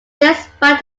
despite